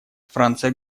франция